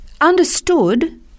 understood